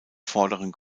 vorderen